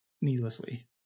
needlessly